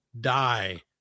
die